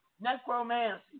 necromancy